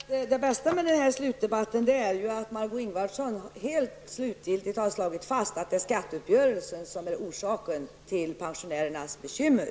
Herr talman! Det bästa med den här slutdebatten är att Margó Ingvardsson helt slutgiltigt har slagit fast att det är skatteuppgörelsen som är orsak till pensionärernas bekymmer.